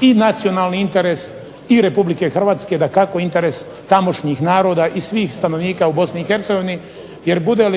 i nacionalni interes RH dakako interes tamošnjih naroda i svih stanovnika u BIH. jer bude